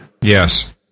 Yes